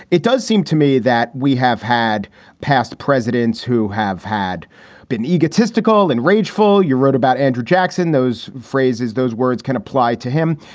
it does seem to me that we have had past presidents who have had been egotistical and rageful. you wrote about andrew jackson. those phrases, those words can apply to him.